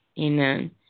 amen